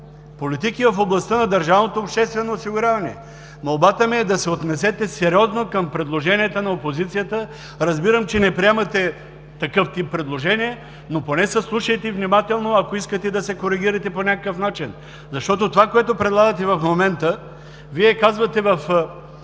политики в областта на държавното обществено осигуряване. Молбата ми е да се отнесете сериозно към предложенията на опозицията. Разбирам, че не приемате такъв тип предложения, но поне се вслушайте внимателно, ако искате да се коригирате по някакъв начин. Това, което предлагате в момента, Вие го казвате в